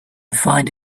find